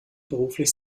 beruflich